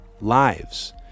lives